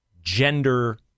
gender